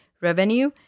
revenue